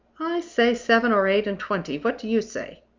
i say, seven or eight and twenty. what do you say?